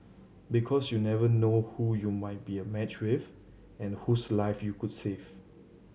because you never know who you might be a match with and whose life you could save